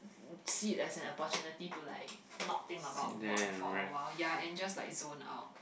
see it as an opportunity to like not think about work for a while ya and just like zone out